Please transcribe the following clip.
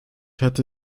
hätte